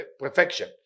perfection